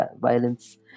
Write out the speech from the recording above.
violence